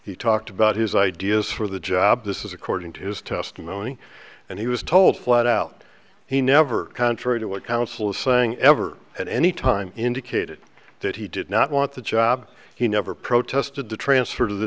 he talked about his ideas for the job this is according to his testimony and he was told flat out he never contrary to what counsel is saying ever at any time indicated that he did not want the job he never protested the transfer to the